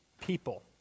people